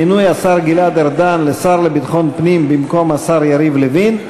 מינוי השר גלעד ארדן לשר לביטחון הפנים במקום השר יריב לוין,